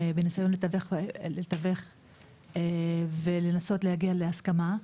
בניסיון לתווך ולנסות להגיע להסכמה.